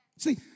See